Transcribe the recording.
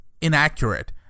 inaccurate